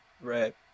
Right